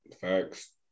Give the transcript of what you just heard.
Facts